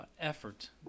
effort